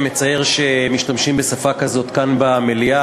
מצער שמשתמשים בשפה כזאת כאן במליאה.